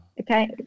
Okay